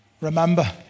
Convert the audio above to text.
remember